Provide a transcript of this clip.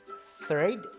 Third